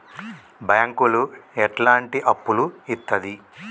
బ్యాంకులు ఎట్లాంటి అప్పులు ఇత్తది?